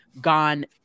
gone